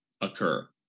occur